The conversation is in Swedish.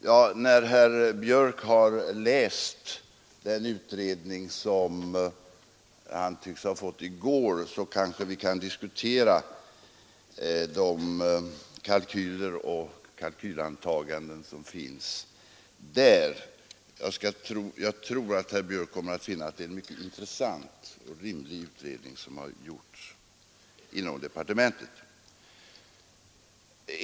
Herr talman! När herr Björck har läst den utredning som han tycks ha fått i går kanske vi kan diskutera de kalkyler och kalkylantaganden som finns där. Jag tror att herr Björck kommer att finna att det är en mycket intressant utredning som gjorts inom departementet.